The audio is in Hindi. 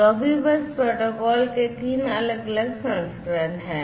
Profibus प्रोटोकॉल के तीन अलग अलग संस्करण हैं